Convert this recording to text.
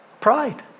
Pride